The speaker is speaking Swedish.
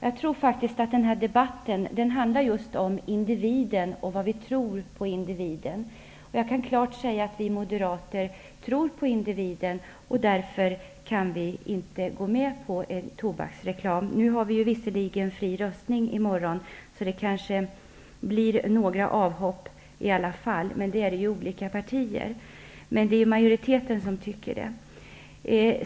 Den här debatten handlar just om individen. Jag kan klart säga att vi moderater tror på individen. Därför kan vi inte gå med på ett förbud mot tobaksreklam. Visserligen har vi fri röstning i morgon, så det kanske blir några avhopp, men det kommer det också att bli i andra partier. Men majoriteten delar den åsikten.